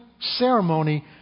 ceremony